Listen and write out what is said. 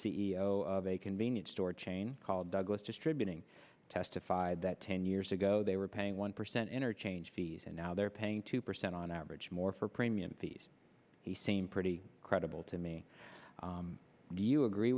o of a convenience store chain called douglas distributing testified that ten years ago they were paying one percent interchange fees and now they're paying two percent on average more for premium these he seemed pretty credible to me do you agree